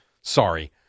Sorry